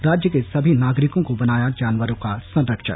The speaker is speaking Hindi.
राज्य के सभी नागरिकों को बनाया जानवरों का संरक्षक